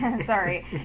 Sorry